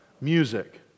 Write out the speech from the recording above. music